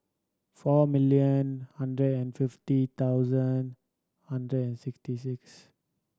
four million hundred and fifty thousand hundred and sixty six